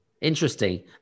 Interesting